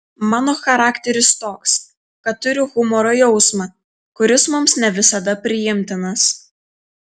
mano charakteris toks kad turiu humoro jausmą kuris mums ne visada priimtinas